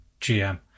GM